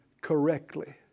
correctly